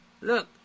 look